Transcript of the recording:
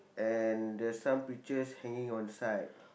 and there's some pictures hanging on the side